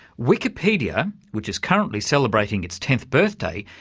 wikipedia, which is currently celebrating its tenth birthday,